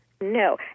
No